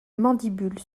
mandibule